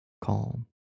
calm